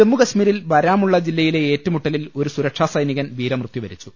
ജമ്മുകശ്മീരിൽ ബാരാമുള്ള ജില്ലയിലെ ഏറ്റുമുട്ടലിൽ ഒരു സുരക്ഷാസൈനികൻ വീരമൃത്യു വരിച്ചു